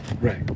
Right